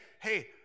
hey